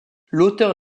l’auteur